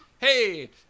hey